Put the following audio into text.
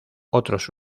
otros